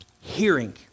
hearing